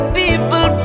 people